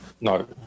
No